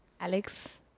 Alex